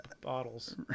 bottles